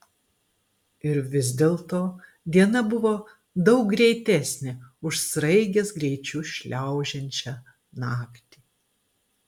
ir vis dėlto diena buvo daug greitesnė už sraigės greičiu šliaužiančią naktį